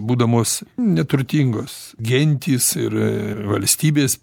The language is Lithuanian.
būdamos neturtingos gentys ir valstybės